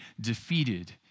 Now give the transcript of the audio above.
defeated